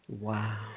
Wow